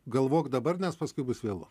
galvok dabar nes paskui bus vėlu